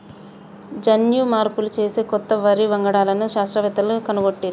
జన్యు మార్పులు చేసి కొత్త వరి వంగడాలను శాస్త్రవేత్తలు కనుగొట్టిరి